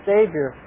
Savior